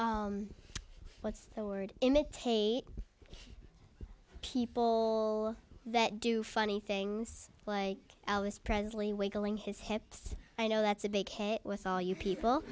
what's the word in it people that do funny things like elvis presley wiggling his hips i know that's a big hit with all you people